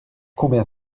combien